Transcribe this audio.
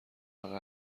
نابغه